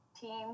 team